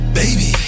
baby